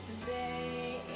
today